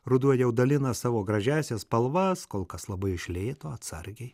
ruduo jau dalina savo gražiąsias spalvas kol kas labai iš lėto atsargiai